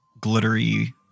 glittery